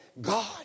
God